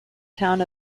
town